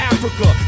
Africa